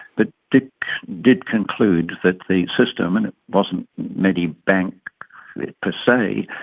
but dick did conclude that the system, and it wasn't medibank per se,